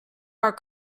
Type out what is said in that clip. our